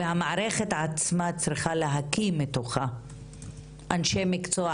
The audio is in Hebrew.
והמערכת עצמה צריכה להקיא מתוכה אנשי מקצוע,